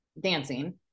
dancing